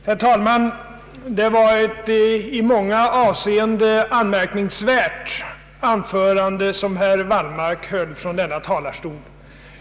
Herr talman! Det var ett i många avseenden anmärkningsvärt anförande som herr Wallmark höll från denna talarstol.